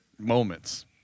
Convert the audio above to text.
moments